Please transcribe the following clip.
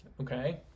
Okay